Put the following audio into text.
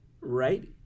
right